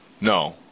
No